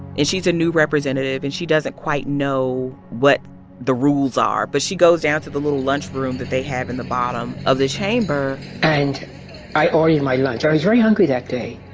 and she's a new representative, and she doesn't quite know what the rules are. but she goes down to the little lunch room that they have in the bottom of the chamber and i ordered my lunch. i was very hungry that day.